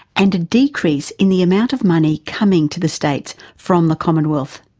and a decrease in the amount of money coming to the states from the commonwealth.